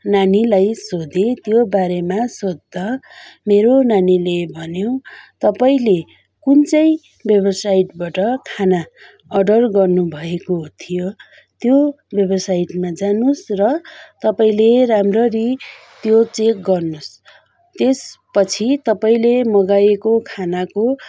नानीलाई सोधेँ त्यो बारेमा सोद्धा मेरो नानीले भन्यो तपाईँले कुन चाहिँ वेबसाइटबाट खाना अर्डर गर्नु भएको थियो त्यो वेबसाइटमा जानु होस् र तपाईँले राम्ररी त्यो चेक गर्नु होस् त्यस पछि तपाईँले मगाएको खानाको